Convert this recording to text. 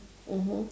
mmhmm